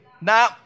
Now